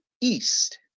East